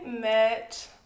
met